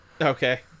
Okay